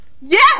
Yes